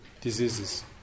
diseases